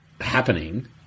...happening